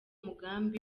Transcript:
mugambi